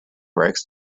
works